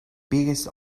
biggest